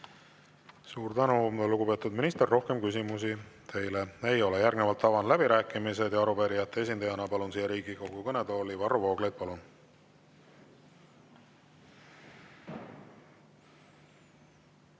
Suur tänu, lugupeetud minister! Rohkem küsimusi teile ei ole. Järgnevalt avan läbirääkimised ja arupärijate esindajana palun Riigikogu kõnetooli Varro Vooglaiu.